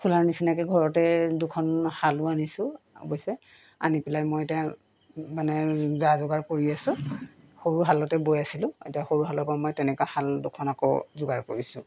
খোলাৰ নিচিনাকৈ ঘৰতে দুখন শালো আনিছোঁ অৱশ্যে আনি পেলাই মই এতিয়া মানে যা যোগাৰ কৰি আছোঁ সৰু শালতে বৈ আছিলোঁ এতিয়া সৰু শালৰ পৰা মই তেনেকুৱা শাল দুখন আকৌ যোগাৰ কৰিছোঁ